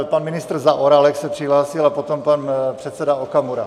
Pan ministr Zaorálek se přihlásil a potom pan předseda Okamura.